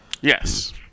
Yes